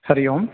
हरिः ओम्